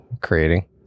creating